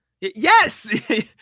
yes